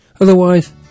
Otherwise